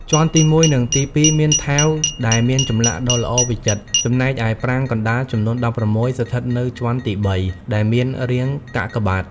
ជាន់ទី១ និងទី ២ មានថែវដែលមានចម្លាក់ដ៏ល្អវិចិត្រ ចំណែកឯប្រាង្គកណ្ដាលចំនួន ១៦ ស្ថិតនៅជាន់ទី ៣ ដែលមានរាងកាកបាទ។